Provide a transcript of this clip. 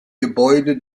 gebäude